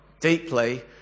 deeply